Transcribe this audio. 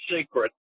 secret